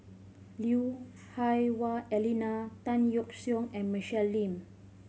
Lui Hah Wah Elena Tan Yeok Seong and Michelle Lim